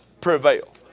prevail